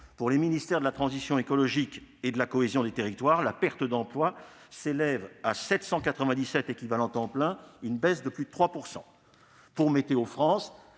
Pour les ministères de la transition écologique et de la cohésion des territoires, la perte d'emplois s'élève à 797 équivalents temps plein, soit une baisse de plus de 3 %. Pour Météo-France,